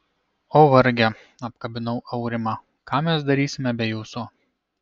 o varge apkabinau aurimą ką mes darysime be jūsų